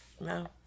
no